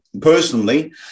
personally